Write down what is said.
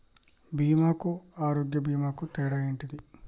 బీమా కు ఆరోగ్య బీమా కు తేడా ఏంటిది?